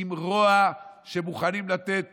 עם רוע, שמוכנים לתת